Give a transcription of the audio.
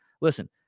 Listen